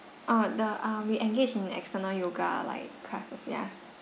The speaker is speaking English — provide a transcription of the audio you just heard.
ah the um we engage in external yoga like camtasia